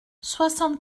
soixante